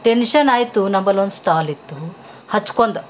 tension ಆಯಿತು ನಂಬಲ್ಲೊಂದದು ಶ್ಟುವಾಲಿತ್ತು ಹಚ್ಕೊಂದ